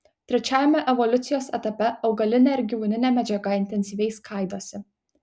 trečiajame evoliucijos etape augalinė ir gyvūninė medžiaga intensyviai skaidosi